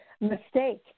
mistake